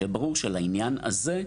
שיהיה ברור שלעניין הזה,